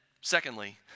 secondly